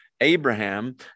Abraham